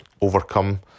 overcome